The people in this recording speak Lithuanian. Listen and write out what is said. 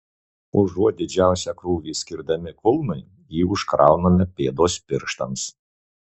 užuot didžiausią krūvį skirdami kulnui jį užkrauname pėdos pirštams